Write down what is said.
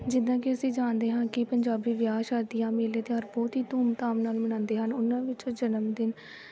ਜਿੱਦਾਂ ਕਿ ਅਸੀਂ ਜਾਣਦੇ ਹਾਂ ਕਿ ਪੰਜਾਬੀ ਵਿਆਹ ਸ਼ਾਦੀਆਂ ਮੇਲੇ ਤਿਉਹਾਰ ਬਹੁਤ ਹੀ ਧੂਮ ਧਾਮ ਨਾਲ ਮਨਾਉਂਦੇ ਹਨ ਉਹਨਾਂ ਵਿੱਚੋਂ ਜਨਮ ਦਿਨ